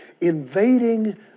invading